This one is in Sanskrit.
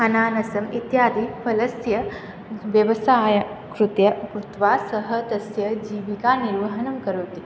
अनानसम् इत्यादि फलस्य व्यवसायं कृत्य कृत्वा सः तस्य जीविकानिर्वहणं निर्वहनं करोति